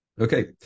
Okay